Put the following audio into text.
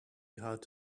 out